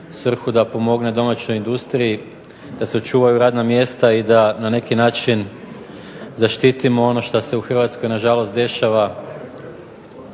svrhu da pomogne domaćoj industriji da se očuvaju radna mjesta i da na neki način zaštitimo ono što se u Hrvatskoj nažalost dešava,